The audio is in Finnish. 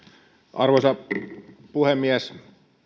arvoisa puhemies